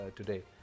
today